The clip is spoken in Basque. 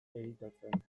editatzen